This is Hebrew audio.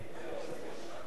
גם גדעון היה אתי,